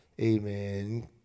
amen